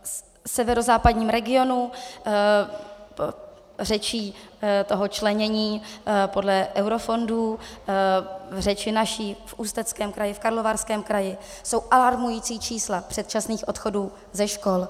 V severozápadním regionu řečí toho členění podle eurofondů, řeči naší v Ústeckém kraji, v Karlovarském kraji, jsou alarmující čísla předčasných odchodů ze škol.